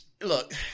Look